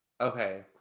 okay